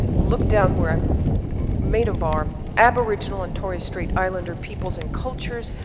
look down where i've made a bar. aboriginal and torres strait islander peoples and cultures,